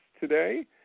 today